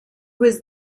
was